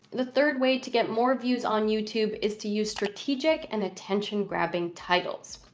the third way to get more views on youtube is to use strategic and attention grabbing titles.